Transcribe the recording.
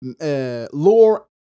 lore